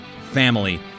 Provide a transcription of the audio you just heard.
family